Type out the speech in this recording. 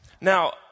Now